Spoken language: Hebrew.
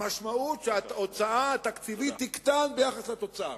המשמעות היא שההוצאה התקציבית תקטן ביחס לתוצר,